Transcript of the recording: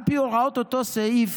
על פי הוראות אותו סעיף,